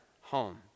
home